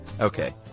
Okay